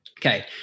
Okay